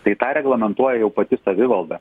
tai tą reglamentuoja jau pati savivalda